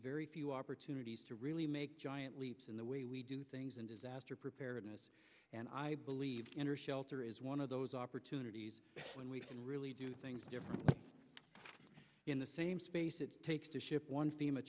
very few opportunities to really make giant leaps in the way we do things in disaster preparedness and i believe in or shelter is one of those opportunities when we can really do different in the same space it takes to ship one